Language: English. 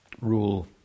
rule